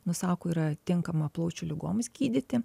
nu sako yra tinkama plaučių ligoms gydyti